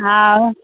आओर